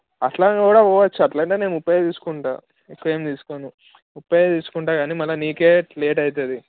అట్లా కూడా పోవచ్చు అట్లా అయితే నేను ముప్ఫైయే తీసుకుంటా ఎక్కువేం తీసుకోను ముప్ఫైయే తీసుకుంటా గానీ మళ్ళీ నీకే లేట్ అవుతుంది